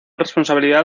responsabilidad